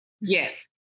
Yes